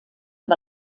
amb